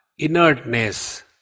Inertness